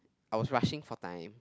I was rushing for time